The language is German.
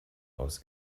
aus